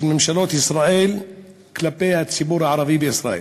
ממשלות ישראל כלפי הציבור הערבי בישראל.